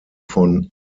von